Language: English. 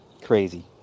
Crazy